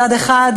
מצד אחד,